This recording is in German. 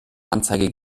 anzeige